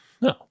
no